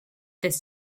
this